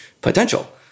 potential